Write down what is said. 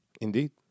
Indeed